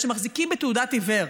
שמחזיקים בתעודת עיוור.